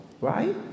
Right